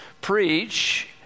preach